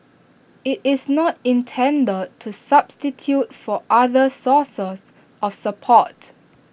IT is not intended to substitute for other sources of support